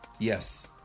Yes